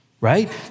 right